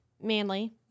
manly